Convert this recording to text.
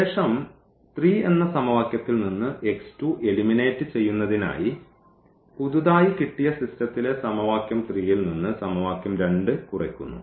ശേഷം 3 എന്ന സമവാക്യത്തിൽ നിന്ന് എലിമിനേറ്റ് ചെയ്യുന്നതിനായി പുതുതായി കിട്ടിയ സിസ്റ്റത്തിലെ സമവാക്യം 3 യിൽനിന്ന് സമവാക്യം 2 കുറയ്ക്കുന്നു